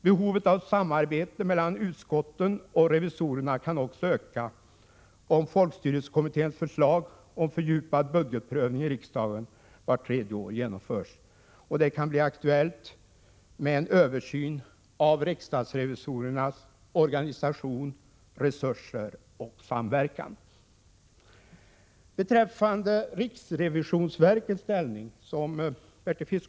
Behovet av samarbete mellan utskotten och revisorerna kan också öka om folkstyrelsekommitténs förslag om fördjupad budgetprövning i riksdagen vart tredje år genomförs. Det kan bli aktuellt med en översyn av riksdagsrevisorernas organisation, resurser och samverkan. Beträffande riksrevisionsverkets ställning, som Bertil Fiskesjö var inne på — Prot.